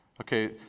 Okay